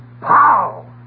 pow